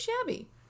shabby